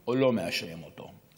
או לא מאשרים אותו.